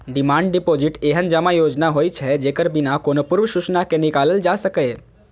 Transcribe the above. demand deposit एहन जमा योजना होइ छै, जेकरा बिना कोनो पूर्व सूचना के निकालल जा सकैए